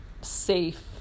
safe